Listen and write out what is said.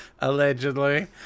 Allegedly